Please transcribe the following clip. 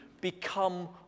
become